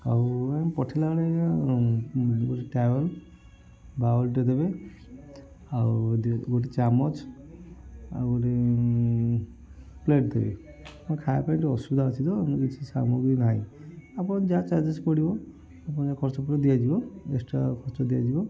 ଆଉ ପଠେଇଲା ବେଳେ ଟାୱଲ୍ ବାୱଲ୍ଟେ ଦେବେ ଆଉ ଗୋଟେ ଚାମଚ ଆଉ ଗୋଟେ ପ୍ଲେଟ୍ ଦେବେ ଖାଇବା ପାଇଁ ଟିକେ ଅସୁବିଧା ଅଛି ତ ମୁଁ କିଛି ସାମଗ୍ରୀ ନାହିଁ ଆପଣଙ୍କ ଯାହା ଚାର୍ଜେସ୍ ପଡ଼ିବ ଆପଣଙ୍କର ଯାହା ଖର୍ଚ୍ଚ ପଡ଼ିବ ଦିଆଯିବ ଏକ୍ସଟ୍ରା ଖର୍ଚ୍ଚ ଦିଆଯିବ